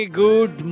good